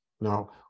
Now